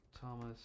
Thomas